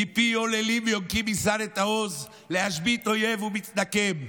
"מפי עוללים וינקים יסדת עז", להשבית אויב ומתנקם.